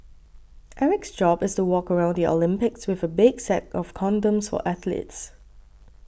Eric's job is to walk around the Olympics with a big sack of condoms for athletes